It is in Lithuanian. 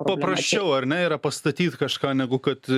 paprasčiau ar ne yra pastatyt kažką negu kad